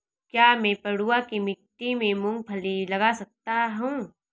क्या मैं पडुआ की मिट्टी में मूँगफली लगा सकता हूँ?